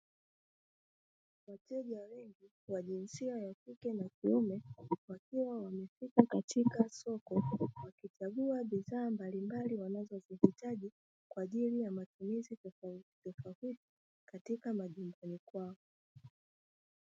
Wateja wengi wa jinsia ya kike na kiume wakiwa wamefika katika soko wakichagua bidhaa mbalimbali wanazozihitaji kwa ajili ya matumizi tofautitofauti katika majumbani kwao.